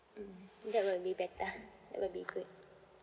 mm that would be better that would be good